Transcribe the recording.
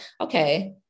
okay